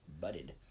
budded